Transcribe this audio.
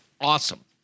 awesome